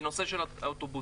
בנושא של האוטובוסים.